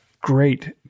great